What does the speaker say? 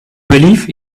believe